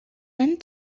and